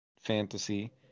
fantasy